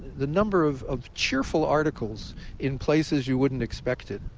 the number of of cheerful articles in places you wouldn't expect it